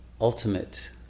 ultimate